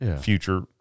Future